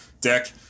Deck